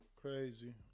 Crazy